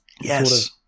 Yes